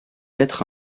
être